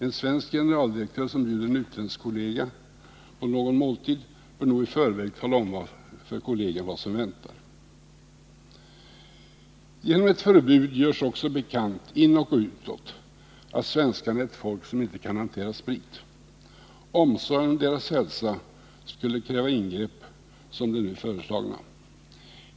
En svensk generaldirektör som bjuder en utländsk kollega på någon måltid bör nog i förväg tala om för kollegan vad som väntar. Genom ett förbud görs också bekant inåt och utåt att svenskarna är ett folk som inte kan hantera sprit. Omsorgen om deras hälsa skulle kräva ingrepp som det nu föreslagna.